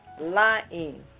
lying